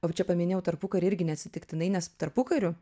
o va čia paminėjau tarpukarį irgi neatsitiktinai nes tarpukariu